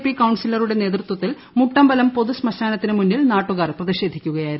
P കൌൺസിലറുടെ നേതൃത്വത്തിൽ മുട്ടമ്പലം പൊതുശ്മശാനത്തിനു മുന്നിൽ നാട്ടുകാർ പ്രതിഷേധിക്കുകയായിരുന്നു